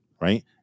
Right